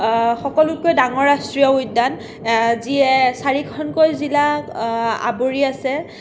সকলোতকৈ ডাঙৰ ৰাষ্ট্ৰীয় উদ্যান যিয়ে চাৰিখনকৈ জিলাক আৱৰি আছে